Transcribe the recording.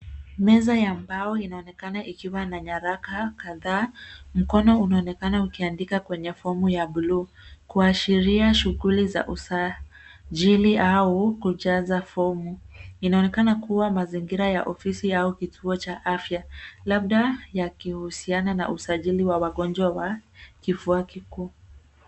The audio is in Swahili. Meza ya mbao inaonekana ikiwa na nyaraka kadhaa. Mkono unaonekana ukiandika kwenye fomu ya bluu kuashiria shughuli za ujasili au kujaza fomu. Inaonekana kuwa mazingira ya ofisi au kituo cha afya. Labda yakihusiana na usajili wa wagonjwa wa kifua kikuu.